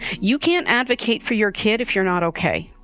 you can't advocate for your kid if you're not ok.